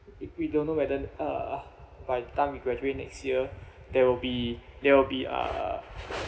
we we don't know whether uh by the time we graduate next year there will be there will be uh